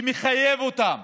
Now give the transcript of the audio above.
שמחייב אותן